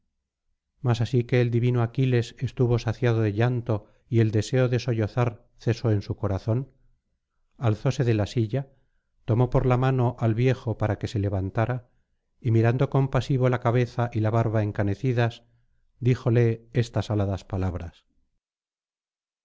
mas así que el divino aquiles estuvo saciado de llanto y el deseo de sollozar cesó en su corazón alzóse de la silla tomó por la mano al viejo para que se levantara y mirando compasivo la cabeza y la barba encanecidas díjole estas aladas palabras